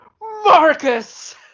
Marcus